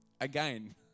again